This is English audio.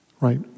right